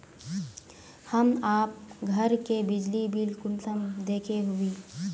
हम आप घर के बिजली बिल कुंसम देखे हुई?